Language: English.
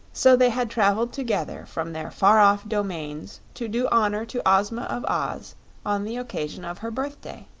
so they had traveled together from their far-off domains to do honor to ozma of oz on the occasion of her birthday.